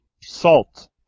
Salt